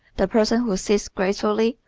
the person who sits gracefully,